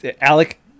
Alec